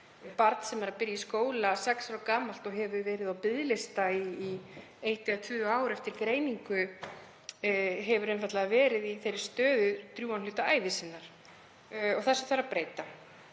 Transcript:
Barn sem er að byrja í skóla sex ára gamalt og hefur verið á biðlista í eitt eða tvö ár eftir greiningu hefur einfaldlega verið í þeirri stöðu drjúgan hluta ævi sinnar. Því þarf að breyta.